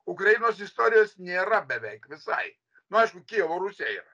ukrainos istorijos nėra beveik visai nu aišku kijevo rusia yra